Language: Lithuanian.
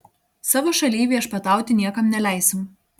savo šalyj viešpatauti niekam neleisim